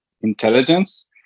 intelligence